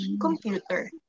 computer